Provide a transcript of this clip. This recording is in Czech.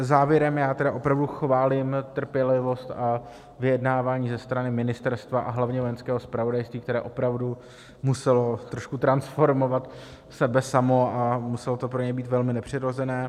Závěrem tedy opravdu chválím trpělivost a vyjednávání ze strany ministerstva a hlavně Vojenského zpravodajství, které opravdu muselo trošku transformovat sebe samo a muselo to pro něj být velmi nepřirozené.